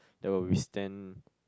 there will withstand